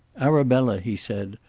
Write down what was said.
arabella, he said,